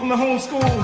and home school